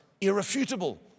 irrefutable